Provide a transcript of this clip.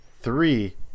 three